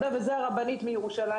וזה הרבנית מירושלים,